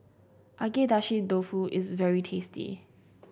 Agedashi Dofu is very tasty